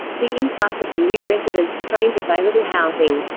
the influx of the new residents strained available housing.